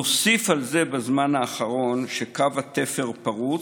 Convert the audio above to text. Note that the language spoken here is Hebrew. נוסיף על זה שבזמן האחרון קו התפר פרוץ,